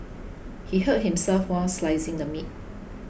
he hurt himself while slicing the meat